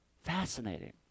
Fascinating